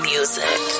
Music